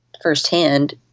firsthand